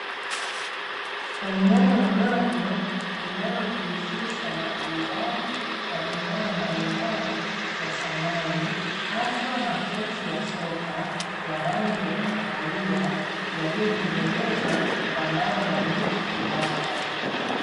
Eneo dogo linalojihusisha na uuzaji wa bidhaa mbalimbali za samani haswa makochi ya sofa, ya rangi ya kahawia yaliyotengenezwa kwa mbao ya miti imara.